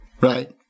Right